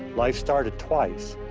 life started twice,